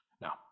Now